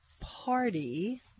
party